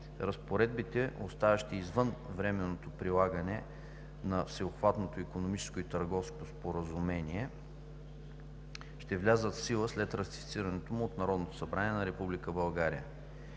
Разпоредбите, оставащи извън временното прилагане на Всеобхватното икономическо и търговско споразумение, ще влязат в сила след ратифицирането му от Народното събрание на